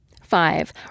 Five